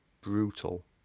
brutal